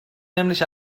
nämlich